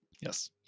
yes